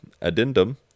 addendum